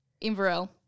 Inverell